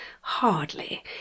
hardly